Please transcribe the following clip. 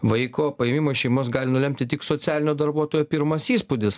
vaiko paėmimą iš šeimos gali nulemti tik socialinio darbuotojo pirmas įspūdis